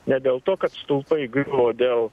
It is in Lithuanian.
ne dėl to kad stulpai o dėl